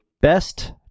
Best